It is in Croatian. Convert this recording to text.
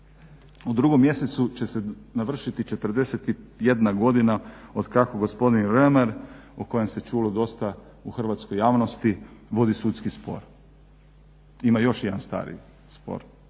U 2. mjesecu će se navršiti 41 godina otkako gospodin … o kojem se čulo dosta u hrvatskoj javnosti vodi sudski spor. Ima još jedan stariji spor.